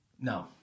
No